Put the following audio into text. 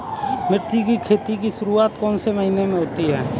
मिर्च की खेती की शुरूआत कौन से महीने में होती है?